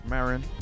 Marin